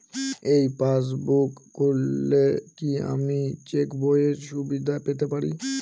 এই পাসবুক খুললে কি আমি চেকবইয়ের সুবিধা পেতে পারি?